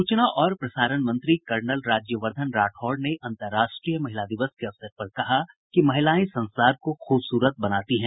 सूचना और प्रसारण मंत्री कर्नल राज्यवर्दधन राठौड़ ने अंतर्राष्ट्रीय महिला दिवस के अवसर पर कहा कि महिलाएं संसार को खूबसूरत बनाती हैं